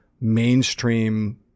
mainstream